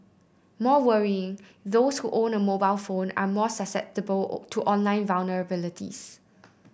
more worrying those who own a mobile phone are more susceptible to online vulnerabilities